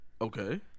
Okay